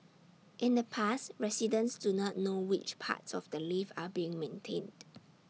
in the past residents do not know which parts of the lift are being maintained